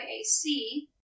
AC